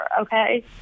Okay